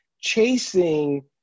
chasing